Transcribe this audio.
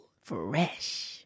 Fresh